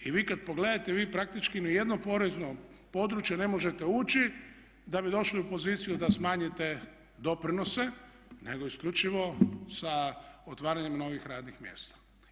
I vi kada pogledate vi praktički ni u jedno porezno područje ne možete ući da bi došli u poziciju da smanjite doprinose nego isključivo sa otvaranjem novih radnih mjesta.